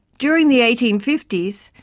during the eighteen fifty s,